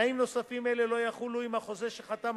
תנאים נוספים אלה לא יחולו אם החוזה שחתם